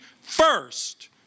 first